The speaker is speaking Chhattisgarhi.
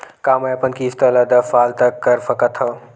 का मैं अपन किस्त ला दस साल तक कर सकत हव?